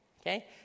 Okay